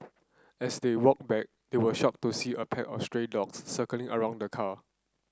as they walked back they were shocked to see a pack of stray dogs circling around the car